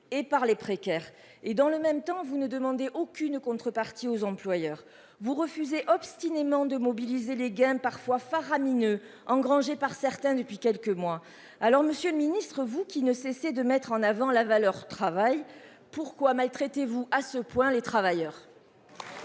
et par les précaires et dans le même temps vous ne demander aucune contrepartie aux employeurs. Vous refusez obstinément de mobiliser les gains parfois faramineux engrangés par certains depuis quelques mois. Alors Monsieur le Ministre, vous qui ne cessaient de mettre en avant la valeur travail, pourquoi maltraitez-vous à ce point les travailleurs.